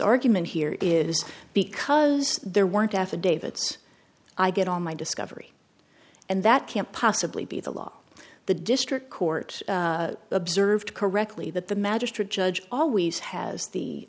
argument here is because there weren't affidavits i get all my discovery and that can't possibly be the law the district court observed correctly that the magistrate judge always has the